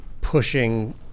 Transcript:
pushing